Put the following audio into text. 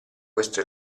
questo